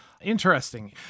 interesting